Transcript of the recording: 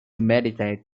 meditate